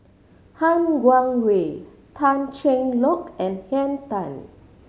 Han Guangwei Tan Cheng Lock and Henn Tan